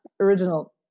original